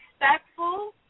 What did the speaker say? respectful